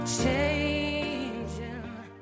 changing